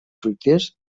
fruiters